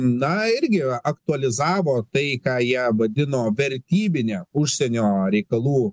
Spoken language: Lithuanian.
na irgi aktualizavo tai ką jie vadino vertybine užsienio reikalų